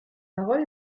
parole